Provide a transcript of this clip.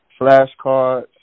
flashcards